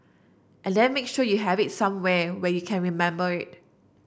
and then make sure you have it somewhere where you can remember it